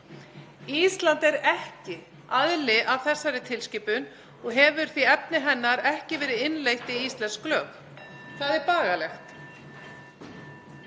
Ísland er ekki aðili að þessari tilskipun og hefur því efni hennar ekki verið innleitt í íslensk lög. (Forseti